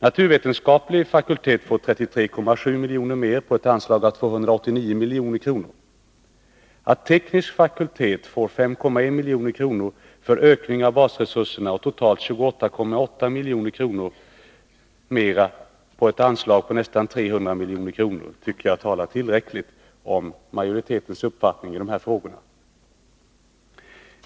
Naturvetenskapliga fakulteterna får 33,7 milj.kr. mer på ett anslag av 289 milj.kr. Att tekniska fakulteterna får 5,1 milj.kr. för ökning av basresurserna och totalt 28,8 milj.kr. mera på ett anslag av nästan 300 milj.kr. tycker jag talar tillräckligt om majoritetens uppfattning i de här frågorna.